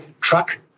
truck